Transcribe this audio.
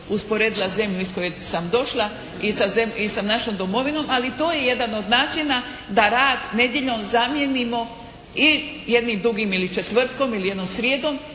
usporedila zemlju iz koje sam došla i sa našom domovinom, ali i to je jedan od načina da rad nedjeljom zamijenimo ili jednim dugim četvrtkom ili jednom srijedom